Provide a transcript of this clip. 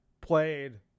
played